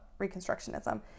Reconstructionism